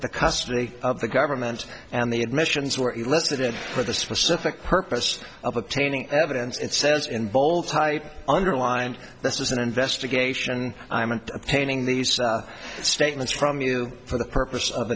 the custody of the government and the admissions were listed for the specific purpose of obtaining evidence it says in bold type underlined this was an investigation a painting these statements from you for the purpose of